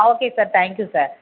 okay sir thank you sir